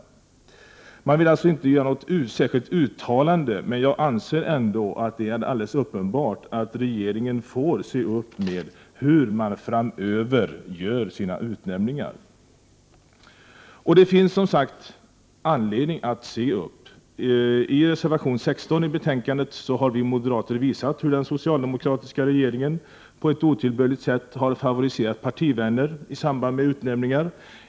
Även om man alltså inte vill göra något särskilt uttalande, är det ändå alldeles uppenbart att regeringen får se upp med hur den framöver gör sina utnämningar. Och det finns som sagt anledning att se upp. I reservation 16 vid betänkandet har vi moderater visat hur den socialdemokratiska regeringen på ett otillbörligt sätt har favoriserat partivänner i samband med utnämningar.